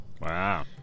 Wow